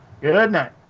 Goodnight